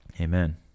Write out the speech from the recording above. amen